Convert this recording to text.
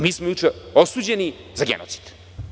Mi smo juče osuđeni za genocid.